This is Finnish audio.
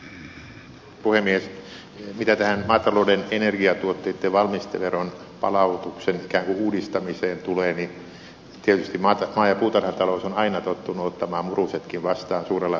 mitä tähän maatalouden energiatuotteitten valmisteveron palautuksen ikään kuin uudistamiseen tulee niin tietysti maa ja puutarhatalous on aina tottunut ottamaan murusetkin vastaan suurella kiitollisuudella